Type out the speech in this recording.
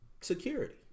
security